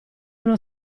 uno